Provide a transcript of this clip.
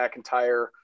McIntyre